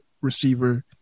receiver